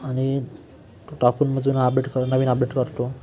आणि तो टाकूनमधून अपडेट करून नवीन अपडेट करतो